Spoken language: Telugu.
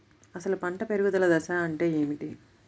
అసలు పంట పెరుగుదల దశ అంటే ఏమిటి?